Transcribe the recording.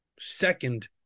second